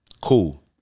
Cool